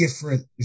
different